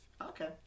Okay